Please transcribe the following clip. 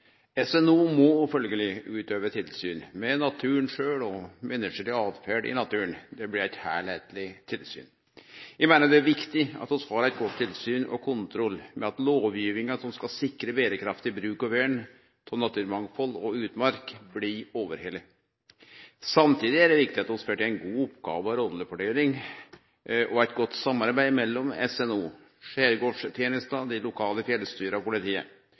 SNO må derfor utøve tilsyn med naturen sjølv og med menneskeleg åtferd i naturen – det blir eit heilskapleg tilsyn. Eg meiner det er viktig at vi har godt tilsyn og kontroll med at lovgivinga som skal sikre berekraftig bruk og vern av naturmangfald og utmark, blir overhalden. Samtidig er det viktig at vi får til ei god oppgåve- og rollefordeling og eit godt samarbeid mellom SNO, Skjærgårdstjenesten, dei lokale fjellstyra og politiet.